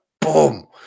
boom